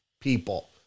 people